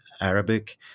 Arabic